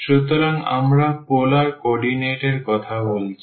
সুতরাং আমরা polar coordinate এর কথা বলছি